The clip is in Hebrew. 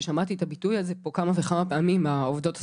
ביטוי ששמעתי פה כמה וכמה פעמים מהעובדות הסוציאליות,